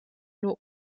nur